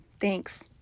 Thanks